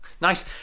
nice